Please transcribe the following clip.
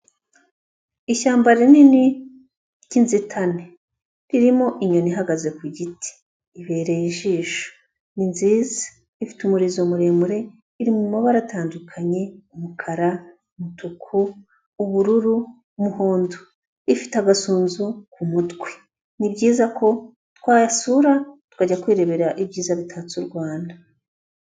Ishyamba rinini ry'inzitane ririmo inyoni ihagaze ku giti, ibereye ijisho, ni nziza, ifite umurizo muremure, iri mu mabara atandukanye: umukara, umutuku, ubururu, umuhondo, ifite agasunzu ku mutwe, ni byiza ko twayasura, tukajya kwirebera ibyiza bitatse u Rwanda.